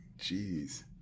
Jeez